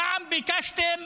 פעם ביקשתם